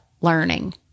learning